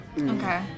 Okay